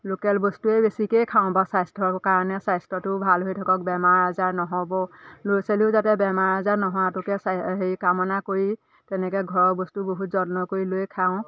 local বস্তুৱেই বেছিকৈ খাওঁ বাৰু স্বাস্থ্যৰ কাৰণে স্বাস্থ্যটো ভাল হৈ থাকক বেমাৰ আজাৰ নহওক ল'ৰা ছোৱালীও যাতে বেমাৰ আজাৰ নোহোৱাটোকে হেৰি কামনা কৰি তেনেকৈ ঘৰৰ বস্তু বহুত যত্ন কৰি লৈয়ে খাওঁ